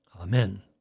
Amen